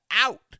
out